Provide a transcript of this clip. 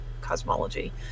cosmology